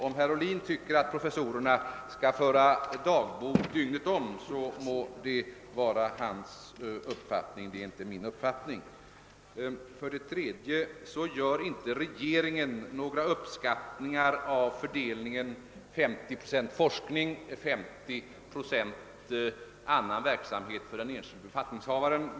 Om herr Ohlin tycker att professorerna skall föra dagbok dygnet runt får detta stå för hans räkning — det är inte min uppfattning. För det tredje gör inte regeringen några uppskattningar av fördelningen 50 procent forskning och 50 procent annan verksamhet för den enskilde befattningshavaren.